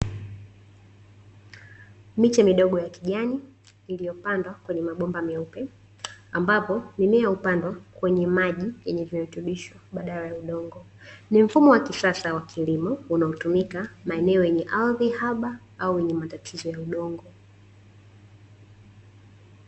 Miche midogo ya kijani iliyopandwa kwenye mabomba meupe ambapo mimea hupandwa kwenye maji yenye virutubisho badala ya udongo. Ni mfumo wa kisasa wa kilimo unaotumika maeneo yenye ardhi haba au yenye matatizo ya udongo.